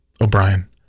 O'Brien